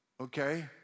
Okay